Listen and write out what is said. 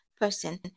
person